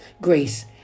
grace